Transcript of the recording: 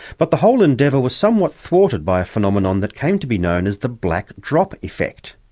but the whole endeavour was somewhat thwarted by a phenomenon that came to be known as the black drop effect.